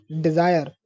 desire